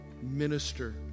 minister